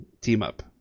team-up